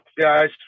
guys